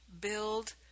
build